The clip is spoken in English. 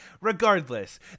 Regardless